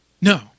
No